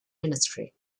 ministry